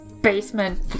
basement